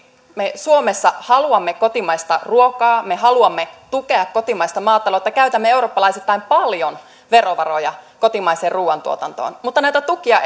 me suomessa haluamme kotimaista ruokaa me haluamme tukea kotimaista maataloutta käytämme eurooppalaisittain paljon verovaroja kotimaiseen ruuantuotantoon mutta näitä tukia